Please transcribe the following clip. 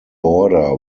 border